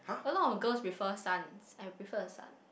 a lot of girls prefer sons I prefer a son